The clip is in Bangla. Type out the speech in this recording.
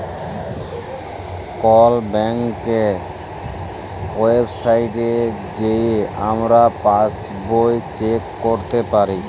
কল ব্যাংকের ওয়েবসাইটে যাঁয়ে আমরা পাসবই চ্যাক ক্যইরতে পারি